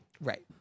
Right